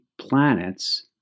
planets